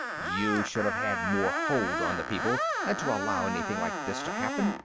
you should have had more hold on the people than to allow anything like this to happen.